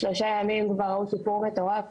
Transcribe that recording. תוך שלושה ימים רואים שיפור מטורף,